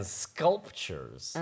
sculptures